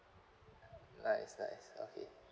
nice nice okay